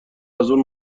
ازاون